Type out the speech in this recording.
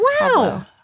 Wow